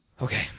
Okay